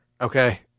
okay